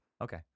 Okay